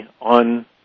on